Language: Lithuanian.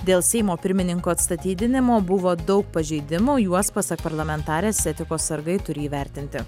dėl seimo pirmininko atstatydinimo buvo daug pažeidimų juos pasak parlamentarės etikos sargai turi įvertinti